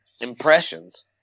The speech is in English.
impressions